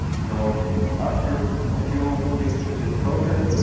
so after a few weeks of this protest,